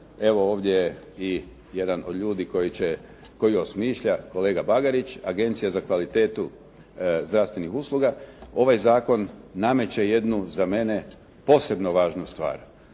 Evo ovdje je i jedan od ljudi koji osmišlja, kolega Bagarić, Agencija za kvalitetu zdravstvenih usluga. Ovaj zakon nameće jednu za mene posebno važnu stvar.